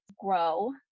grow